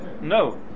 No